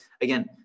again